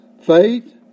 faith